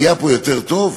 נהיה פה יותר טוב?